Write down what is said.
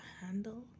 handle